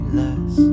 less